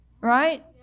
Right